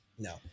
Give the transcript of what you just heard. No